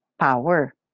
power